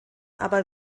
aber